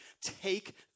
take